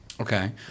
Okay